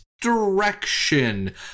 direction